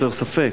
הסר ספק: